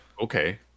Okay